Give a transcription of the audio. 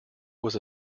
was